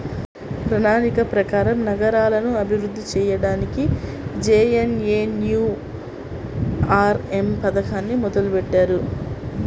ప్రణాళిక ప్రకారం నగరాలను అభివృద్ధి చెయ్యడానికి జేఎన్ఎన్యూఆర్ఎమ్ పథకాన్ని మొదలుబెట్టారు